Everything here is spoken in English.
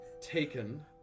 taken